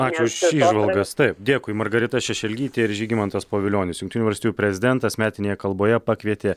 ačiū už įžvalgas taip dėkui margarita šešelgytė ir žygimantas pavilionis jungtinių valstijų prezidentas metinėje kalboje pakvietė